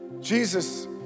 Jesus